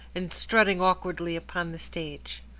and strutting awkwardly upon the stage.